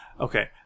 Okay